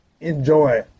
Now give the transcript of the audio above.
enjoy